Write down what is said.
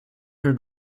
her